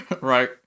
right